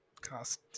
cost